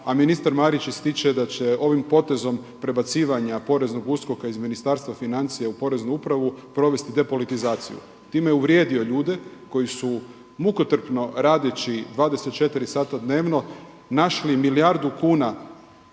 a ministar Marić ističe da će ovim potezom prebacivanja poreznog USKOK-a iz Ministarstva financija u poreznu upravu provesti depolitizaciju. Time je uvrijedio ljude koji su mukotrpno radeći 24 sata dnevno našli milijardu kuna